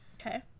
Okay